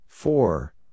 Four